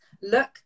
Look